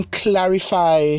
clarify